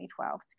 2012